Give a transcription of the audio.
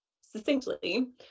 succinctly